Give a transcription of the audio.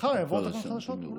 מחר יבואו תקנות חדשות, אולי.